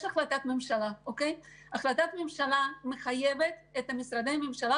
יש החלטת ממשלה שמחייבת את משרדי הממשלה,